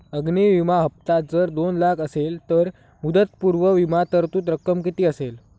अग्नि विमा हफ्ता जर दोन लाख असेल तर मुदतपूर्व विमा तरतूद रक्कम किती असेल?